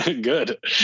Good